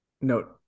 note